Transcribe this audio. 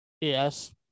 yes